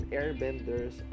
airbenders